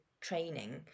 training